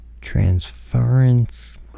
Transference